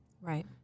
right